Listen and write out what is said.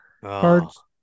Cards